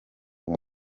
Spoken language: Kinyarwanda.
uwo